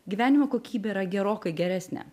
gyvenimo kokybė yra gerokai geresnė